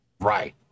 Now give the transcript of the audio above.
right